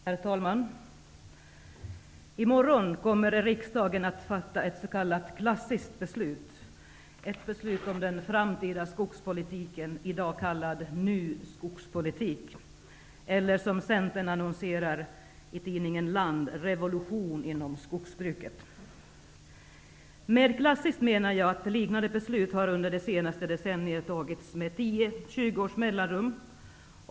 Herr talman! I morgon kommer riksdagen att fatta ett s.k. klassiskt beslut -- ett beslut om den framtida skogspolitiken, i dag kallad ny skogspolitik eller, som centern annonserar i tidningen Land, revolution inom skogsbruket. Med klassiskt menar jag att liknande beslut under det senaste decenniet har fattats med tio, tjugo års mellanrum.